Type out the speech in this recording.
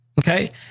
Okay